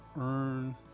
earn